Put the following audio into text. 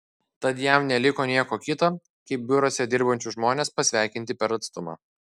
tad jam neliko nieko kito kaip biuruose dirbančius žmones pasveikinti per atstumą